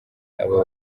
aba